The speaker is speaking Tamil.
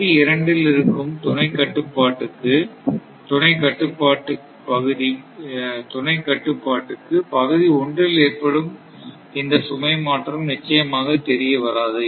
பகுதி இரண்டில் இருக்கும் துணை கட்டுப்பாட்டுக்கு பகுதி ஒன்றில் ஏற்படும் இந்த சுமை மாற்றம் நிச்சயமாக தெரியவராது